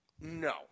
No